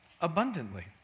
abundantly